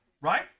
right